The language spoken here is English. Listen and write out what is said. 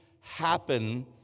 happen